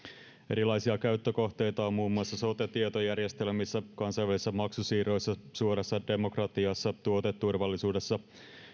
erilaisia käyttökohteita on muun muassa sote tietojärjestelmissä kansainvälisissä maksusiirroissa suorassa demokratiassa tuoteturvallisuudessa